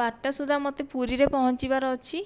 ବାରଟା ସୁଦ୍ଧା ମୋତେ ପୁରୀରେ ପହଞ୍ଚିବାର ଅଛି